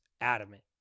adamant